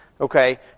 Okay